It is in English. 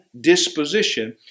disposition